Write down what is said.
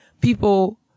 people